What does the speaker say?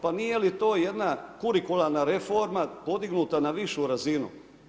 Pa nije li to jedna kurikularna reforma podignuta na višu razinu?